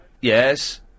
Yes